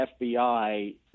FBI